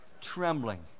Trembling